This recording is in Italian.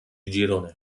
girone